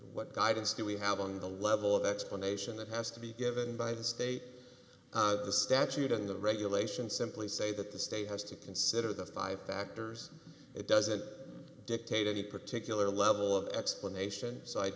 what guidance do we have on the level of explanation that has to be given by the state the statute and the regulations simply say that the state has to consider the five factors it doesn't dictate any particular level of explanation so i